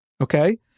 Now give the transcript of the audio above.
okay